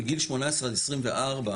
מגיל 18 עד 24,